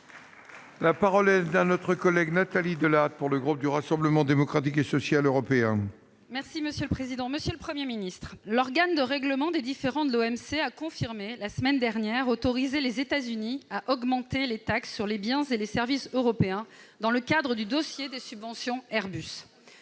La parole est à Mme Nathalie Delattre, pour le groupe du Rassemblement Démocratique et Social Européen. Monsieur le Premier ministre, l'organe de règlement des différends de l'OMC a confirmé la semaine dernière qu'il autorisait les États-Unis à augmenter les taxes sur les biens et les services européens dans le cadre du dossier des subventions Airbus.